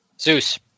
Zeus